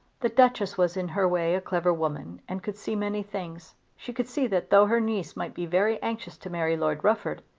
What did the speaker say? the duchess was in her way a clever woman and could see many things. she could see that though her niece might be very anxious to marry lord rufford,